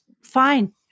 fine